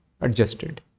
adjusted